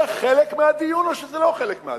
זה חלק מהדיון, או שזה לא חלק מהדיון?